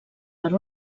per